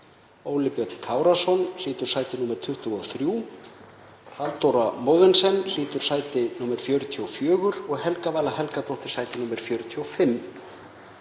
Óli Björn Kárason hlýtur sæti 23, Halldóra Mogensen hlýtur sæti 44 og Helga Vala Helgadóttir sæti 45.